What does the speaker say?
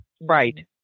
Right